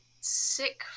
sick